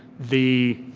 the